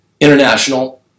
International